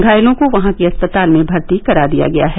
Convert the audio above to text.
घायलों को वहां के अस्पताल में भर्ती करा दिया गया है